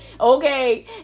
okay